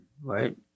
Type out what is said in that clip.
right